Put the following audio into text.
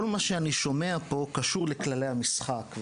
כל מה שאני שומע פה קשור לכללי המשחק,